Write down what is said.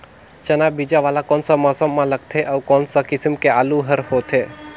चाना बीजा वाला कोन सा मौसम म लगथे अउ कोन सा किसम के आलू हर होथे?